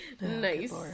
nice